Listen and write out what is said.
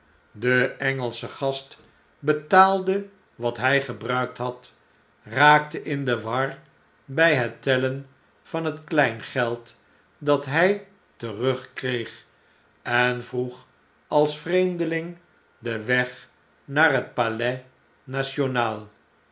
de engelsche gast betaalde wat njj gebruikt had raakte in de war bij hettellen van het kleingeld dat hj terugkreeg en vroeg als vreemdeling den weg naar het